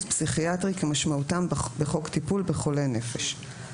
פסיכיאטרי כמשמעותם בחוק טיפול בחולי נפש,